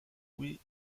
louis